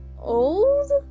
old